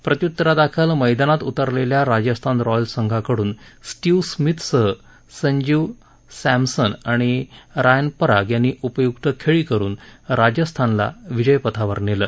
प्रत्युरादाखल मैदानात उतरलेल्या राजस्थान रॉयल्स संघाकडून स्टीव्ह स्मिथसह संजीव सॅमसन आणि रायन पराग यांनी उपयुक्त खेळी करुन राजस्थानाला विजयपथावर नेलं